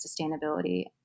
sustainability